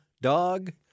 dog